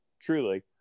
Truly